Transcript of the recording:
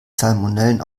salmonellen